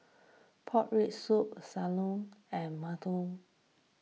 Pork Rib Soup Sam Lau and Murtabak Lembu